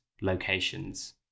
locations